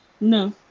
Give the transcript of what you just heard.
No